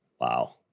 Wow